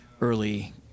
early